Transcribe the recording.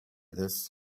this